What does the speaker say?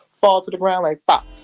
fall to the ground like bop